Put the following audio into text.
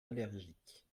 allergiques